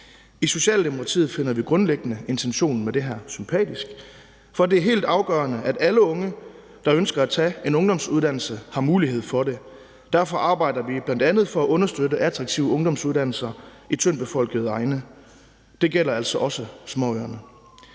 I Socialdemokratiet finder vi grundlæggende intentionen med det her sympatisk, for det er helt afgørende, at alle unge, der ønsker at tage en ungdomsuddannelse, har mulighed for det. Derfor arbejder vi bl.a. for at understøtte attraktive ungdomsuddannelser i tyndtbefolkede egne. Det gælder altså også småøerne.